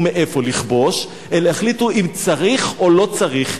מאיפה לכבוש אלא החליטו אם צריך או לא צריך,